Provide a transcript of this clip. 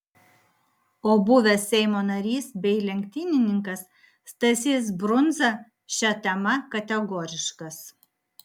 o buvęs seimo narys bei lenktynininkas stasys brundza šia tema kategoriškas